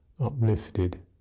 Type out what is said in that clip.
uplifted